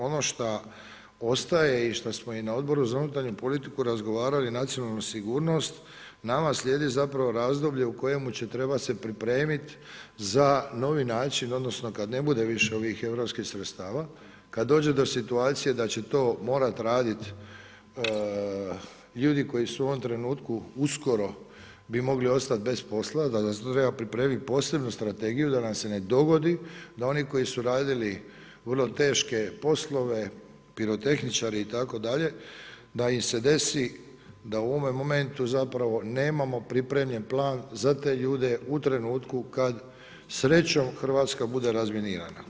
Ono šta ostaje i šta smo i na Odboru za unutarnju politiku razgovarali, nacionalna sigurnost, slijedi nam zapravo razdoblje u kojemu će trebat se pripremit za novi način odnosno kad ne bude više ovih europskih sredstava, kad dođe do situacije da će to morat radit ljudi koji u ovom trenutku uskoro bi mogli ostat posla, da se za to treba pripremit posebnu strategiju da nam se ne dogodi da oni koji su radili vrlo teške poslove, pirotehničari itd., da im se desi da u ovom momentu zapravo nemamo pripremljen plan za te ljude u trenutku kad srećom Hrvatska bude razminirana.